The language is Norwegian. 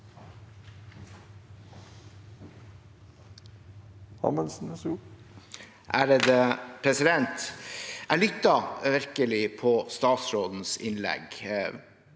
Jeg lyttet virkelig til statsrådens innlegg,